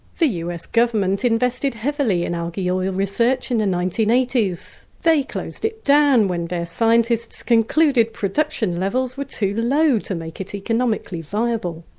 the us government invested heavily in algae oil research in the and nineteen eighty s. they closed it down when their scientists concluded production levels were too low to make it economically viable.